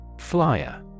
Flyer